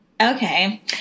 Okay